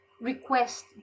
request